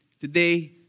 today